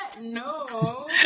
No